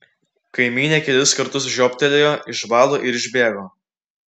kaimynė kelis kartus žiobtelėjo išbalo ir išbėgo